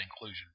inclusion